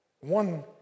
one